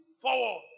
forward